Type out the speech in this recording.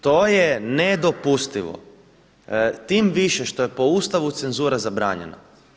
To je nedopustivo tim više što je po Ustavu cenzura zabranjena.